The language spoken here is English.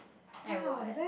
I would